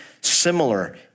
similar